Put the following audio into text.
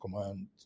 Command